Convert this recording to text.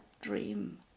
dream